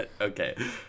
Okay